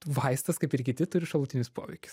vaistas kaip ir kiti turi šalutinius poveikius